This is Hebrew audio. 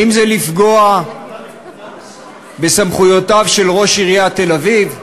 האם זה לפגוע בסמכויותיו של ראש עיריית תל-אביב?